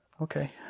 Okay